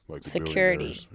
security